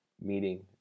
meeting